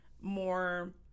more